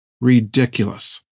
Ridiculous